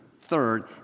third